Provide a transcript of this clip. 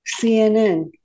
CNN